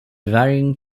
varying